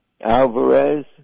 Alvarez